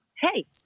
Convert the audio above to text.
hey